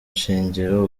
shingiro